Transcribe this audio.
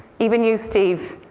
even you, steve,